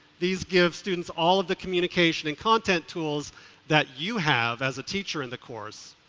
these give students all of the communication and content tools that you have as a teacher in the course.